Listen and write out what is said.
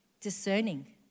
discerning